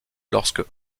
lorsque